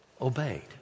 obeyed